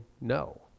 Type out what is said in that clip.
no